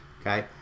Okay